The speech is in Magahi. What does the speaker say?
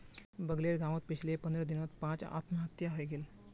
बगलेर गांउत पिछले पंद्रह दिनत पांच आत्महत्या हइ गेले